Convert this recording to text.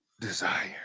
Desire